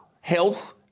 health